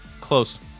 Close